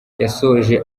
yasoje